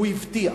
הוא הבטיח,